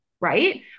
right